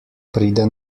pride